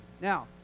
Now